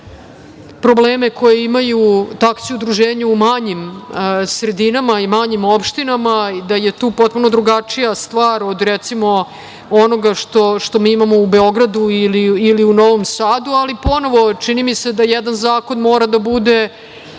probleme koje imaju taksi udruženja u manjim sredinama i manjim opštinama, da je tu potpuno drugačija stvar od, recimo, onoga što mi imamo u Beogradu ili u Novom Sadu. Čini mi se da jedan zakon mora da bude